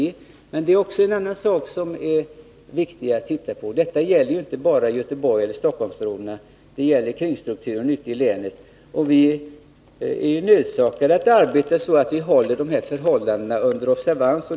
Det finns också en annan sak som det är viktigt att se på. Vad som sagts gäller ju inte bara Göteborgsoch Stockholmsområdena utan också kringstrukturen i länen. Vi är ju nödsakade att arbeta så, att vi håller de här förhållandena under observans.